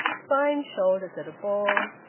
fine shoulders at a ball,